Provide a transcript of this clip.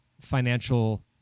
financial